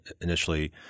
initially